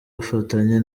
gufatanya